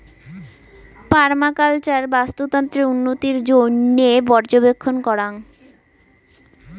permaculture বাস্তুতন্ত্রের উন্নতির জইন্যে পর্যবেক্ষণ করাং